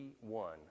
one